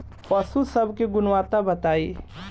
पशु सब के गुणवत्ता बताई?